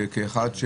שאחד,